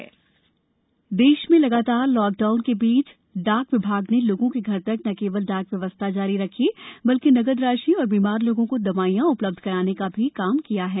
डाकघर देश में लगातार लॉक ाउन के बीच ाक विभाग ने लोगों के घर तक न केवल ाक व्यवस्था जारी रखी बल्कि नगद राशि और बीमार लोगों को दवाईयां उ लब्ध कराने का भी काम निरंतर किया है